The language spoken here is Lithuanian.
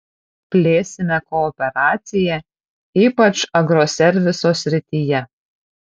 plėsime kooperaciją ypač agroserviso srityje